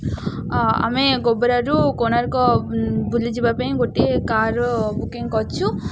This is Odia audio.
ଆମେ ଗୋବରାରୁ କୋଣାର୍କ ବୁଲିଯିବା ପାଇଁ ଗୋଟିଏ କାର୍ ବୁକିଂ କରିଛୁ